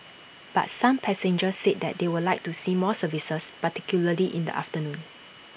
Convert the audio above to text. but some passengers said that they would like to see more services particularly in the afternoon